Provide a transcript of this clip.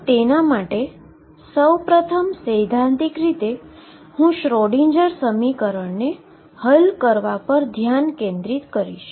તો તેના માટે સૌ પ્રથમ સૈધ્ધાંતિક રીતે હુ શ્રોડિંજર સમીકરણને હલ કરવા પર ધ્યાન કેન્દ્રિત કરીશ